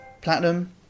platinum